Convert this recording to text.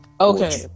okay